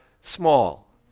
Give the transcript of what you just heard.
small